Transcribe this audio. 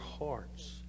hearts